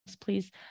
please